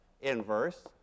inverse